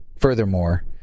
Furthermore